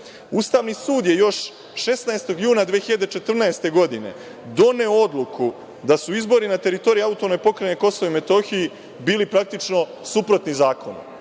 Ustavni sud je još 16. juna 2014. godine, doneo odluku da su izbori na teritoriji AP Kosova i Metohije, bili praktično suprotni zakonu.